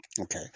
okay